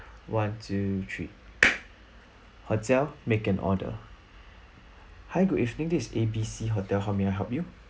one two three hotel make an order hi good evening this is A B C hotel how may I help you